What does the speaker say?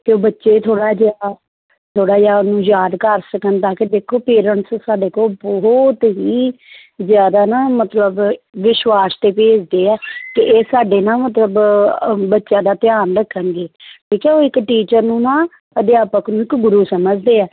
ਕਿ ਉਹ ਬੱਚੇ ਥੋੜ੍ਹਾ ਜਿਹਾ ਥੋੜ੍ਹਾ ਜਿਹਾ ਉਹਨੂੰ ਯਾਦ ਕਰ ਸਕਣ ਤਾਂ ਕਿ ਦੇਖੋ ਪੇਰੈਂਟਸ ਸਾਡੇ ਕੋਲ ਬਹੁਤ ਹੀ ਜ਼ਿਆਦਾ ਨਾ ਮਤਲਬ ਵਿਸ਼ਵਾਸ 'ਤੇ ਭੇਜਦੇ ਆ ਕਿ ਇਹ ਸਾਡੇ ਨਾ ਮਤਲਬ ਬੱਚਿਆਂ ਦਾ ਧਿਆਨ ਰੱਖਣਗੇ ਠੀਕ ਹੈ ਉਹ ਇੱਕ ਟੀਚਰ ਨੂੰ ਨਾ ਅਧਿਆਪਕ ਨੂੰ ਇੱਕ ਗੁਰੂ ਸਮਝਦੇ ਆ